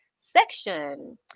section